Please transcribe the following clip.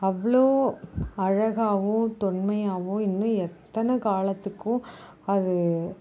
அவ்வளோ அழகாகவும் தொன்மையாகவும் இன்னும் எத்தனை காலத்துக்கும் அது